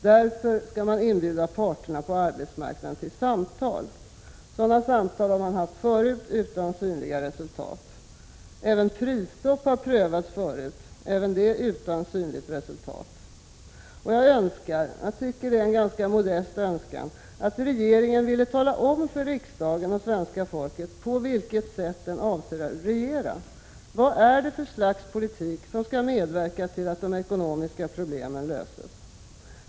Därför skall man inbjuda parterna på arbetsmarknaden till samtal. Sådana samtal har man haft förut utan synligt resultat. Även prisstoppet har prövats förut utan synligt resultat. Jag önskar — jag tycker att det är en modest önskan — att regeringen ville tala om för riksdagen och svenska folket på vilket sätt den avser regera. Vad är det för slags politik som skall medverka till att de ekonomiska problemen löses?